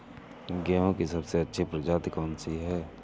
गेहूँ की सबसे अच्छी प्रजाति कौन सी है?